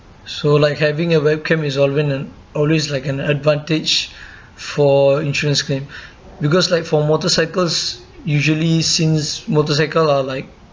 so like having a webcam is alwa~ a always like an advantage for insurance claim because like for motorcycles usually since motorcycle are like